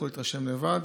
יוכלו להתרשם לבד,